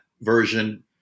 version